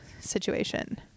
situation